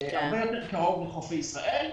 הרבה יותר קרוב לחופי ישראל.